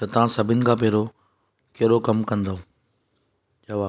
त तव्हां सभिन खां पहिरों कहिड़ो कमु कंदौ जवाबु